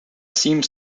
seems